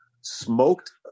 smoked